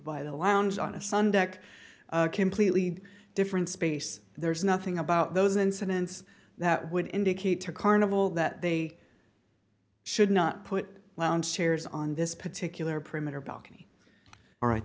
by the lounge on a sunday act completely different space there's nothing about those incidents that would indicate to carnival that they should not put lounge chairs on this particular printer balcony all right